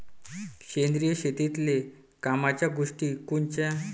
सेंद्रिय शेतीतले कामाच्या गोष्टी कोनच्या?